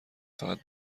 فقط